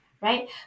right